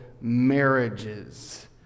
marriages